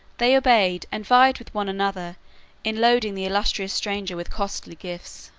they obeyed, and vied with one another in loading the illustrious stranger with costly gifts.